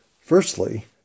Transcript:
firstly